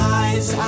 eyes